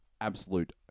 absolute